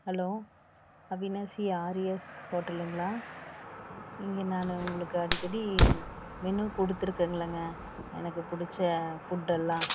hello Avinashi Aryas ஹோட்டலுங்களா இங்கே நான் உங்களுக்கு அடிக்கடி மெனு கொடுத்துருக்கேங்க இல்லைங்க எனக்கு பிடிச்ச ஃபுட் எல்லாம்